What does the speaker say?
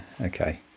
Okay